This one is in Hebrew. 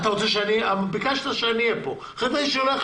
לא.